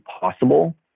possible